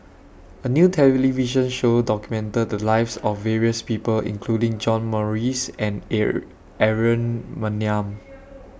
A New television Show documented The Lives of various People including John Morrice and Air Aaron Maniam